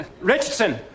Richardson